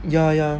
ya ya